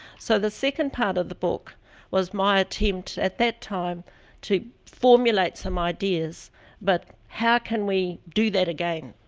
so, the second part of the book was my attempt at that time to formulate some ideas about but how can we do that again?